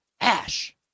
Ash